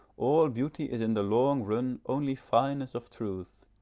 all beauty is in the long run only fineness of truth,